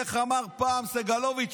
איך אמר פעם סגלוביץ'?